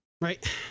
Right